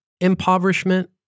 impoverishment